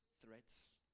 threats